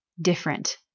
different